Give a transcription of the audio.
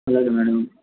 లేదు మేడం